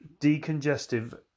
decongestive